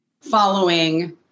following